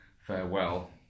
farewell